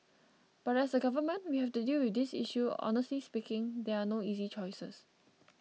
but as a government we have to deal with this issue honestly speaking there are no easy choices